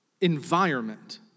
environment